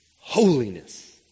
holiness